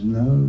no